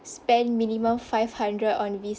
spend minimum five hundred on visa